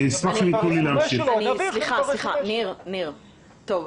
תראו,